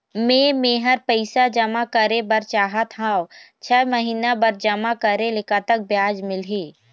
मे मेहर पैसा जमा करें बर चाहत हाव, छह महिना बर जमा करे ले कतक ब्याज मिलही?